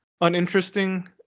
uninteresting